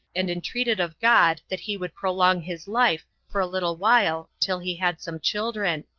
and entreated of god that he would prolong his life for a little while till he had some children,